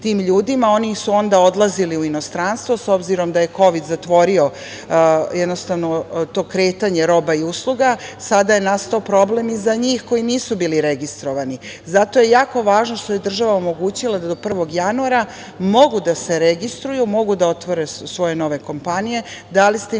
Oni su onda odlazili u inostranstvo, s obzirom da je kovid zatvorio to kretanje roba i usluga. Sada je nastao problem i za njih koji nisu bili registrovani. Zato je jako važno što je država omogućila da do 1. januara mogu da se registruju, mogu da otvore svoje nove kompanije. Dali ste im